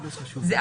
זה,